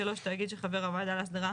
3. תאגיד שחבר הוועדה להסדרה,